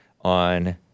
on